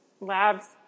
labs